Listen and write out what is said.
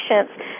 patients